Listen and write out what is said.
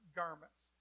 garments